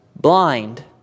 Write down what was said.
blind